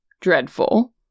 Dreadful